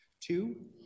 Two